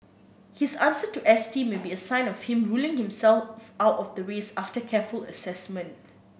his answer to S T may be a sign of him ruling himself out of the race after careful assessment